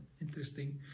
interesting